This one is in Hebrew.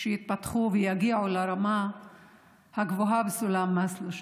להתפתח ולהגיע לרמה הגבוהה בסולם מאסלו,